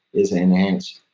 is enhanced